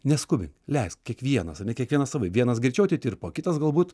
neskubink leisk kiekvienas ar ne kiekvienas savai vienas greičiau atitirpo kitas galbūt